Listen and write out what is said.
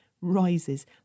rises